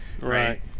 right